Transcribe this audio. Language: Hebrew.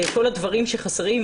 כל הדברים שחסרים.